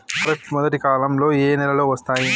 ఖరీఫ్ మొదటి కాలంలో ఏ నెలలు వస్తాయి?